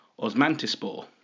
Osmantispor